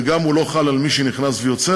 וגם הוא לא חל על מי שנכנס ויוצא,